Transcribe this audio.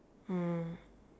mm